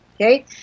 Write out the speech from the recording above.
okay